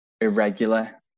irregular